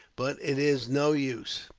but it is no use.